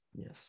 yes